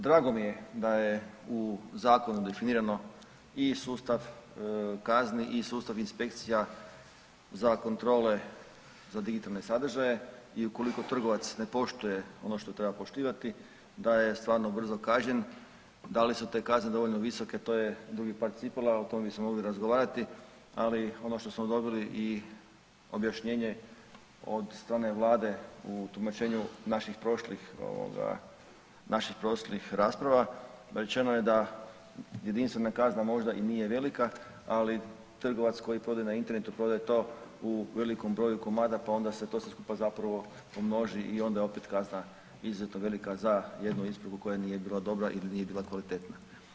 Drago mi je da je u zakonu definirano i sustav kazni i sustav inspekcija za kontrole za digitalne sadržaje i ukoliko trgovac ne poštuje ono što treba poštivati da je stvarno brzo kažnjen, da li su te kazne dovoljno visoke tu je drugi par cipela, o tome bi se moglo razgovarati, ali ono što smo dobili i objašnjenje od strane Vlade u tumačenju naših prošlih rasprava rečeno je da jedinstvena kazna možda i nije velika, ali trgovac koji prodaje na internetu prodaje to u velikom broju komada pa onda se to sve skupa zapravo pomnoži o onda je opet kazna izuzetno velika za jednu … koja nije bila dobra ili nije bila kvalitetna.